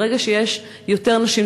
ברגע שיש יותר נשים,